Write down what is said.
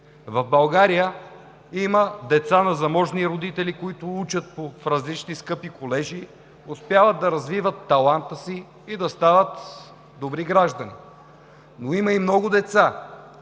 В България има деца на заможни родители, които учат в различни скъпи колежи, успяват да развиват таланта си и да стават добри граждани, но има и много деца,